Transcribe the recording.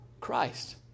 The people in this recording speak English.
Christ